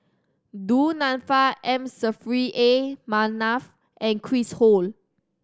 Du Nanfa M Saffri A Manaf and Chris Ho